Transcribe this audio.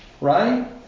right